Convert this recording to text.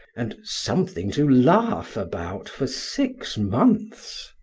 and something to laugh about for six months.